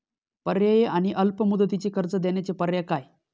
पर्यायी आणि अल्प मुदतीचे कर्ज देण्याचे पर्याय काय?